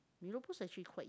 mee rebus actually quite